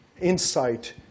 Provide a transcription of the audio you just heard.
insight